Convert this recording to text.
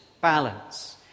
balance